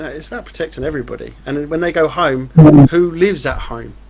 ah it's about protecting everybody and and when they go home who lives at home.